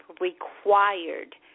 required